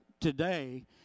today